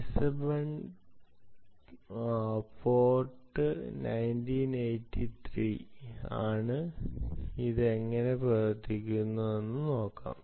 listener port 1883 ആണ് ഇത് എങ്ങനെ പ്രവർത്തിക്കുന്നുവെന്ന് നോക്കാം